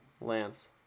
Lance